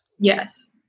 Yes